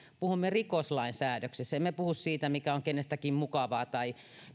puhumme rikoslain säädöksestä emme puhu siitä mikä on kenestäkin mukavaa tai